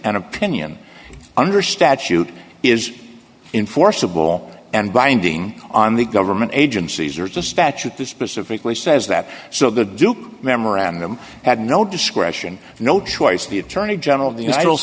and opinion under statute is in forcible and binding on the government agencies or it's a statute that specifically says that so the duke memorandum had no discretion no choice the attorney general